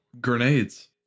Grenades